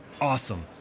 awesome